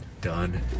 Done